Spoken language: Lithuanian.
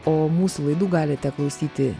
o mūsų laidų galite klausyti